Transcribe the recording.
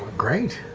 great.